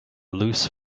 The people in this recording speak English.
loose